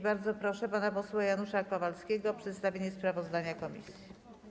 Bardzo proszę pana posła Janusza Kowalskiego o przedstawienie sprawozdania komisji.